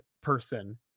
person